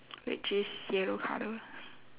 which is yellow colour